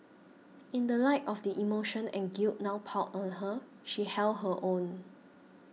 in the light of the emotion and guilt now piled on her she held her own